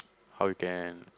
how you can